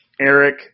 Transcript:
Eric